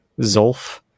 Zolf